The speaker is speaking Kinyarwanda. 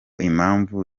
impamvu